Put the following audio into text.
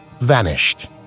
Vanished